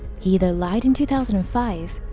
he either lied in two thousand and five,